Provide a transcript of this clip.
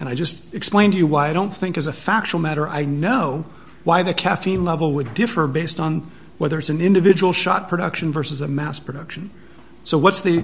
and i just explain to you why i don't think is a factual matter i know why the caffeine level would differ based on whether it's an individual shot production versus a mass production so what's the